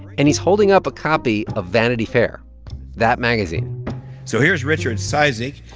and he's holding up a copy of vanity fair that magazine so here's richard cizik.